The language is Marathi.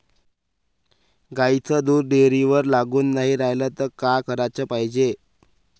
गाईचं दूध डेअरीवर लागून नाई रायलं त का कराच पायजे?